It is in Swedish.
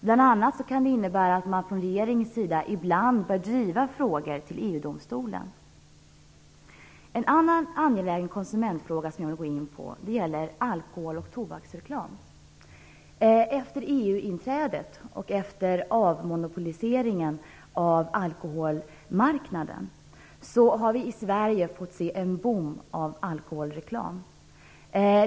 Det kan bl.a. innebära att man från regeringens sida ibland bör driva frågor till EU En annan angelägen konsumentfråga som jag vill gå in på är frågan om alkohol och tobaksreklam. Efter EU-inträdet och avmonopoliseringen av alkoholmarknaden har vi i Sverige fått se en boom av alkoholreklam.